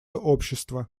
общество